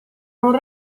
non